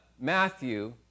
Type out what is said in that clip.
Matthew